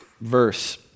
verse